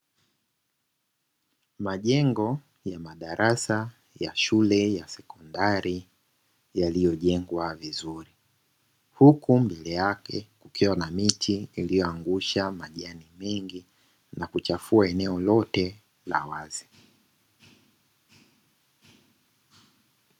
Majengo ya madarasa ya shule ya sekondari yaliyojengwa vizuri, huku mbele yake kukiwa na miti iliyoangusha majani mengi, na kuchafua eneo lote la mbele.